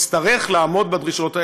יצטרך לעמוד בדרישות האלה.